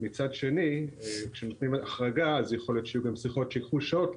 מצד שני כשנותנים החרגה אז יכול להיות שיהיו גם שיחות שייקחו שעות.